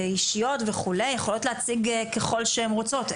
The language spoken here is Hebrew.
אישיות וכו' יכולות להציג ככול שהם רוצות,